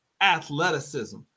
athleticism